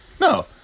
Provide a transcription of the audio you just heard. No